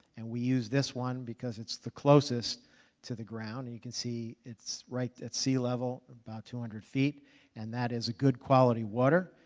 and we use this one because it's the closest to the ground. you could see it's right at sea level about two hundred feet and that is good quality water.